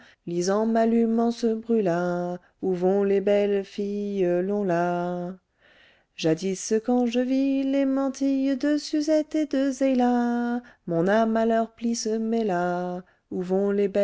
paméla lise en m'allumant se brûla où vont les belles filles jadis quand je vis les mantilles de suzette et de zéïla mon âme à leurs plis se mêla où vont les